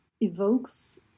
evokes